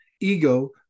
Ego